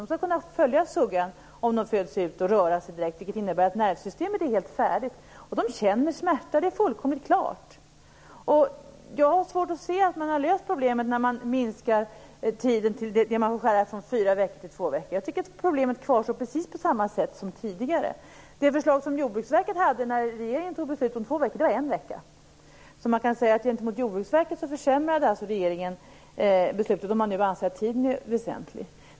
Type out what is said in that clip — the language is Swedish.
De skall kunna följa suggan om de föds ute och röra sig direkt, vilket innebär att nervsystemet är helt färdigt. De känner smärta - det är fullkomligt klart. Jag har svårt att se att man skulle ha löst problemet när man minskar åldern vid vilken man får skära från fyra veckor till två veckor. Jag tycker att problemet kvarstår på precis samma sätt som tidigare. Jordbruksverkets förslag, när regeringen fattade beslut om två veckor, var en vecka. Man kan alltså säga att regeringen i förhållande till Jordbruksverket försämrade beslutet, om man nu anser att tiden är väsentlig.